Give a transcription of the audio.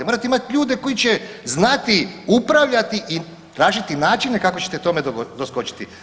Morate imati ljude koji će znati upravljati i tražiti načine kako ćete tome doskočiti.